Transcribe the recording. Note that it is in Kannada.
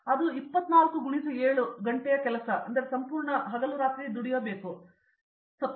ಆದ್ದರಿಂದ ಅದು 9 ರಿಂದ 5 ಕೆಲಸದಂತೆ ಇಲ್ಲ ಅದು 24 x 7 ರೀತಿಯದ್ದಾಗಿದೆ ಆದ್ದರಿಂದ ಅದು ನಿಜವಾಗಿಯೂ ಒಳ್ಳೆಯದು